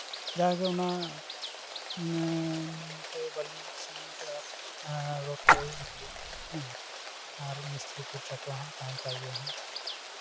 ᱡᱟᱜᱮ ᱚᱱᱟ ᱤᱴᱟᱹ ᱵᱟᱹᱞᱤ ᱥᱤᱢᱮᱱᱴ ᱟᱨ ᱨᱚᱰ ᱠᱚᱭ ᱟᱹᱜᱩᱭᱟ ᱦᱮᱸ ᱟᱨ ᱢᱤᱥᱛᱨᱤ ᱠᱷᱚᱨᱪᱟ ᱠᱚ ᱛᱟᱦᱮᱱ ᱛᱟᱭ ᱜᱮᱭᱟ ᱦᱟᱸᱜ